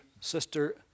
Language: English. sister